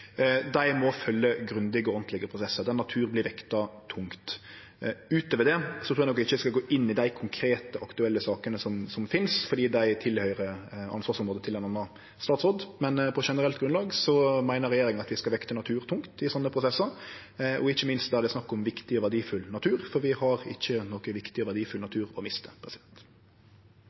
må følgje grundige og ordentlege prosessar, der natur vert vekta tungt. Utover det trur eg nok ikkje eg skal gå inn i dei konkrete aktuelle sakene som finst, for dei tilhøyrer ansvarsområdet til ein annan statsråd. Men på generelt grunnlag meiner regjeringa at vi skal vekte natur tungt i slike prosessar, og ikkje minst der det er snakk om viktig og verdifull natur, for vi har ikkje nokon viktig og verdifull natur å miste.